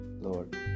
Lord